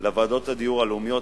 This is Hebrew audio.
לוועדות הדיור הלאומיות,